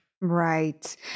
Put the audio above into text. Right